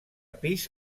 pis